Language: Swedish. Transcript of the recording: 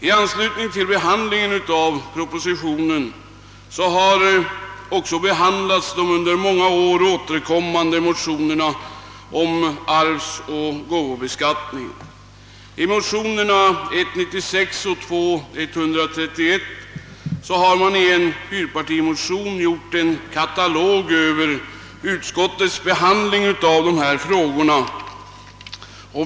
I anslutning till behandlingen av propositionen har också de under många år återkommande motionerna om arvsoch gåvobeskattning behandlats. I fyrpartimotionen I: 96 och II: 131 har man gjort en katalog över utskottets behandling av dessa frågor.